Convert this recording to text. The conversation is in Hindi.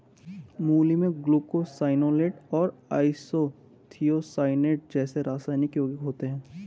मूली में ग्लूकोसाइनोलेट और आइसोथियोसाइनेट जैसे रासायनिक यौगिक होते है